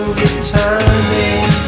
returning